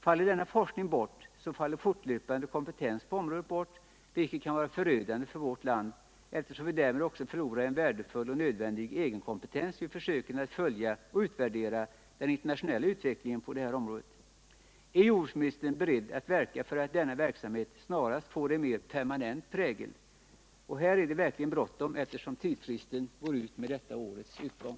Faller denna forskning bort, faller också fortlöpande kompetens på området bort, vilket kan vara förödande för vårt land, eftersom vi därmed också förlorar en värdefull och nödvändig egenkompetens vid försöken att följa och utvärdera den internationella utvecklingen på detta område. Är jordbruksministern beredd att verka för att denna verksamhet snarast får en mer permanent prägel? Här är det verkligen bråttom, eftersom tidsfristen går ut med detta års utgång!